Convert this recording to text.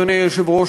אדוני היושב-ראש,